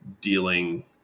dealing